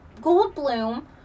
Goldblum